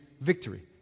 victory